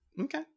Okay